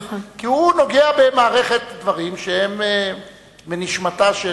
כי הוא נוגע במערכת דברים שהם בנשמתה של